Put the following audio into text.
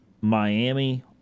Miami